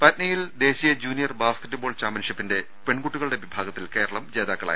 പാറ്റ്നയിൽ ദേശീയ junior basketball ചാമ്പ്യൻഷിപ്പിന്റെ പെൺകുട്ടികളുടെ വിഭാഗത്തിൽ കേര്ളം ജേതാക്കൾ